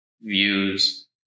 views